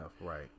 Right